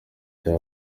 cya